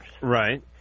Right